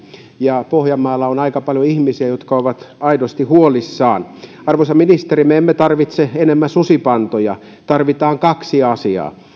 ja pohjanmaalla on aika paljon ihmisiä jotka ovat aidosti huolissaan arvoisa ministeri me emme tarvitse enempää susipantoja tarvitaan kaksi asiaa